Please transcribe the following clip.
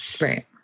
Right